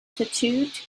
tattooed